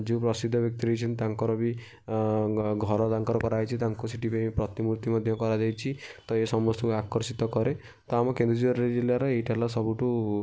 ଯେଉଁ ପ୍ରସିଦ୍ଧ ବ୍ୟକ୍ତି ରହିଛନ୍ତି ତାଙ୍କର ବି ଘର ତାଙ୍କର କରାଯାଇଛି ତାଙ୍କୁ ସେଇଠି ବି ପ୍ରତିମୂର୍ତ୍ତି ମଧ୍ୟ କରାଯାଇଛି ତ ଏ ସମସ୍ତଙ୍କୁ ଆକର୍ଷିତ କରେ ତ ଆମ କେନ୍ଦୁଝର ଜିଲ୍ଲାର ଏଇଟା ହେଲା ସବୁଠୁ